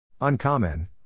Uncommon